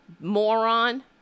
moron